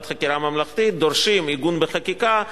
החקירה הממלכתית ודורשים עיגון בחקיקה,